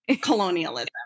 colonialism